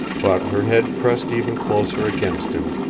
but her head pressed even closer against him,